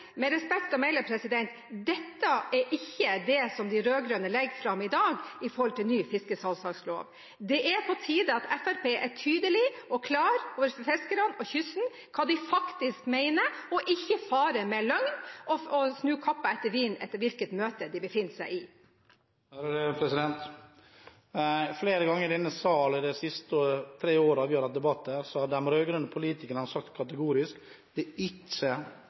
Med respekt å melde er ikke dette det de rød-grønne legger fram i dag om ny fiskesalgslagslov. Det er på tide at Fremskrittspartiet er tydelig og klar overfor fiskerne og kysten på hva de faktisk mener, og ikke farer med løgn og snur kappen etter vinden avhengig av hvilket møte de befinner seg på. Flere ganger i denne salen de siste tre årene vi har debattert, har de rød-grønne politikerne kategorisk sagt at det ikke